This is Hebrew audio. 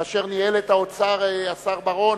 כאשר ניהל את האוצר השר בר-און.